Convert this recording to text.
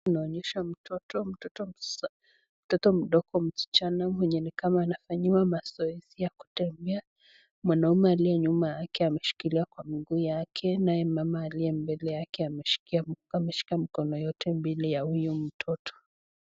Inaonyesha mtoto, mtoto mdogo msichana mwenye ni kama nafanyiwa mazoezi ya kutembea, mwanaume aliye nyuma yake amemshikilia kwa miguu yake , nae mama aliye , mbele yake ameshika mikono yote mbili ya huyu mtoto.